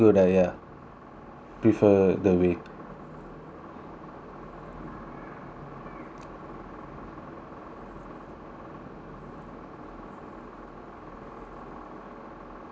prefer the wing